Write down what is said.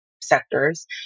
sectors